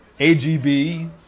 AGB